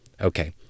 Okay